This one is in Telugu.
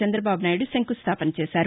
చంద్రబాబునాయుడు శంకుస్థావన చేశారు